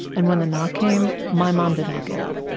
and when the knock came, my mom did not get up.